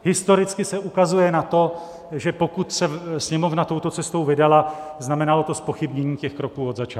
Historicky se ukazuje na to, že pokud se Sněmovna touto cestou vydala, znamenalo to zpochybnění těch kroků od začátku.